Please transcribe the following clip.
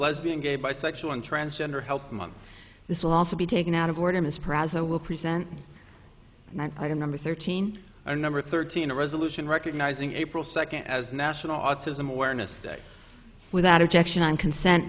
lesbian gay bisexual and transgender help this will also be taken out of boredom is present will present and i don't number thirteen or number thirteen a resolution recognizing april second as national autism awareness day without objection on consent